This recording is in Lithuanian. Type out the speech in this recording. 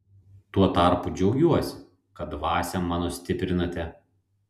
tuo tarpu džiaugiuosi kad dvasią mano stiprinate